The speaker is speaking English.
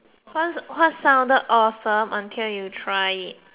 what what sounded awesome until you try it